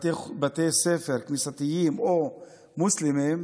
בתי ספר כנסייתיים או מוסלמיים,